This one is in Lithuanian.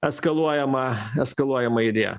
eskaluojama eskaluojama idėja